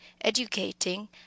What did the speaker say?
educating